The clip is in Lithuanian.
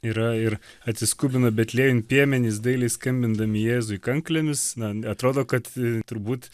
yra ir atsiskubino betliejun piemenys dailiai skambindami jėzui kanklėmis na atrodo kad turbūt